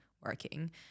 working